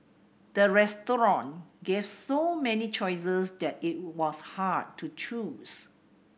the restaurant gave so many choices that it was hard to choose